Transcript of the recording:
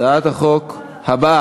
הצעת החוק אושרה,